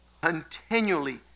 continually